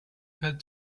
had